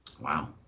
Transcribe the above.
Wow